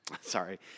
Sorry